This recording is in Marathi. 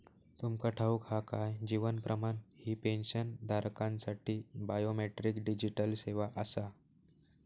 तुमका ठाऊक हा काय? जीवन प्रमाण ही पेन्शनधारकांसाठी बायोमेट्रिक डिजिटल सेवा आसा